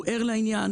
הוא ער לעניין,